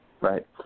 right